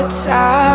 time